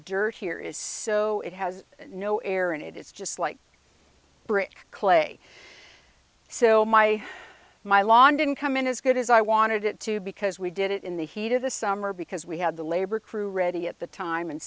dirt here is so it has no air in it it's just like brick clay so my my lawn didn't come in as good as i wanted it to because we did it in the heat of the summer because we had the labor crew ready at the time and